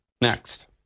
next